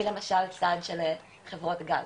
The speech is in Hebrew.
מלמשל צד של חברות גג,